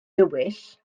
dywyll